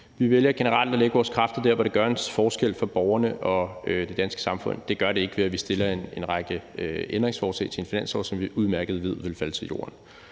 Vi vælger generelt at lægge vores kræfter der, hvor det gør en forskel for borgerne og det danske samfund – det gør det ikke, ved at vi stiller en række ændringsforslag til en finanslov, hvor vi udmærket godt ved, de vil falde til jorden.